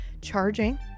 charging